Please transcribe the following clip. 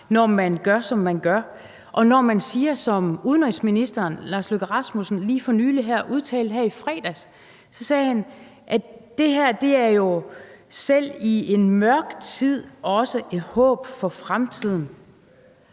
når man gør, som man gør, og når man siger som udenrigsministeren, som lige for nylig her i fredags udtalte, at det her jo selv i en mørk tid også er et håb for fremtiden.